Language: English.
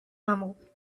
humble